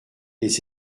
les